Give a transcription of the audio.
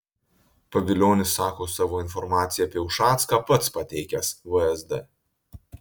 pavilionis sako savo informaciją apie ušacką pats pateikęs vsd